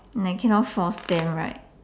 like cannot force them right